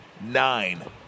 nine